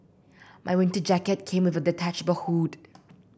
my winter jacket came with a detachable hood